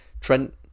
Trent